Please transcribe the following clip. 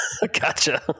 Gotcha